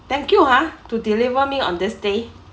thank you ah to deliver me on this day